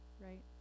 right